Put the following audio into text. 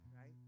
right